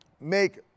make